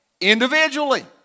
individually